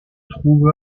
trouve